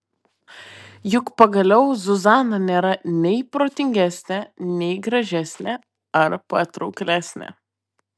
juk pagaliau zuzana nėra nei protingesnė nei gražesnė ar patrauklesnė